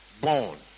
born